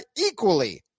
equally